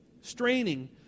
Straining